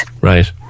Right